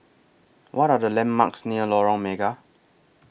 What Are The landmarks near Lorong Mega